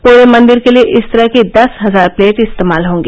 परे मंदिर के लिए इस तरह की दस हजार प्लेट इस्तेमाल हॉगी